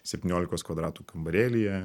septyniolikos kvadratų kambarėlyje